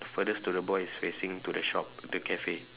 furthest to the boy is facing to the shop the cafe